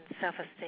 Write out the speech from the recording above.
self-esteem